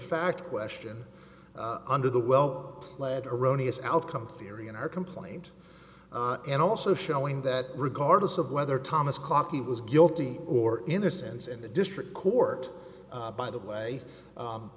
fact question under the well led erroneous outcome theory in our complaint and also showing that regardless of whether thomas clocky was guilty or innocence in the district court by the way